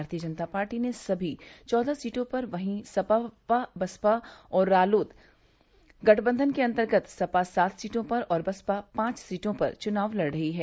भारतीय जनता पार्टी ने सभी चौदह सीटों पर वहीं सपा बसपा और रालोद गठबन्धन के अन्तर्गत सपा सात सीटों पर और बसपा पाँच सीटों पर चुनाव लड़ रही है